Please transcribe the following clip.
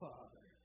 Father